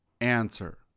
answer